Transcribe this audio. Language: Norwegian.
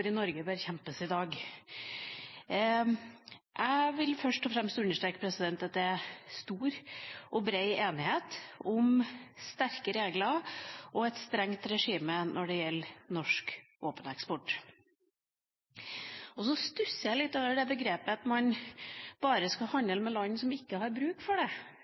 Jeg vil først og fremst understreke at det er stor og brei enighet om strenge regler og et strengt regime når det gjelder norsk våpeneksport. Jeg stusser litt over det begrepet at man bare skal handle med land som ikke har bruk for det.